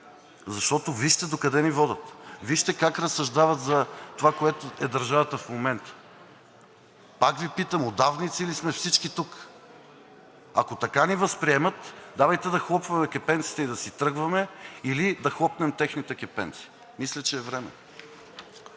защото вижте докъде ни водят. Вижте как разсъждават за това, което е държавата в момента. Пак Ви питам: удавници ли сме всички тук?! Ако така ни възприемат, давайте да хлопваме кепенците и да си тръгваме, или да хлопнем техните кепенци. Мисля, че е време.